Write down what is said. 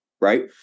right